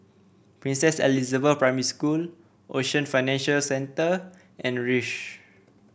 Princess Elizabeth Primary School Ocean Financial Centre and the Rosyth